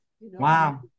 Wow